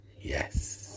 yes